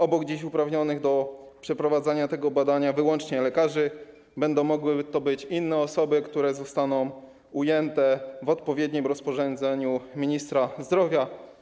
Obok dziś uprawnionych do przeprowadzania tego badania wyłącznie lekarzy będą mogły to być inne osoby, które zostaną ujęte w odpowiednim rozporządzeniu ministra zdrowia.